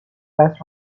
less